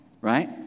right